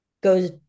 goes